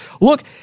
look